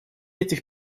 этих